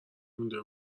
مونده